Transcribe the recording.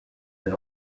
elle